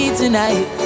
tonight